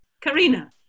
Karina